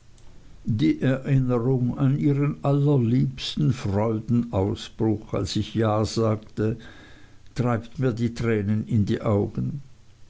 die erinnerung an ihren allerliebsten freudenausbruch als ich ja sagte treibt mir die tränen in die augen